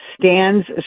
stands